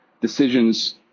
decisions